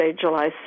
July